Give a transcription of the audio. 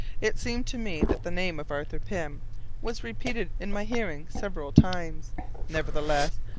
it seemed to me that the name of arthur pym was repeated in my hearing several times nevertheless,